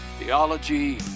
Theology